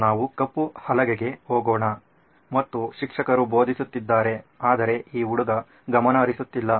ನಾವು ಕಪ್ಪು ಹಲಗೆಗೆ ಹೋಗೋಣ ಮತ್ತು ಶಿಕ್ಷಕರು ಬೋಧಿಸುತ್ತಿದ್ದಾರೆ ಆದರೆ ಈ ಹುಡುಗ ಗಮನ ಹರಿಸುತ್ತಿಲ್ಲ